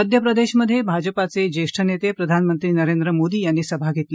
मध्य प्रदेशमध्ये भाजपचे ज्येष्ठ नेते प्रधानमंत्री नरेंद्र मोदी यांनी सभा घेतली